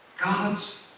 God's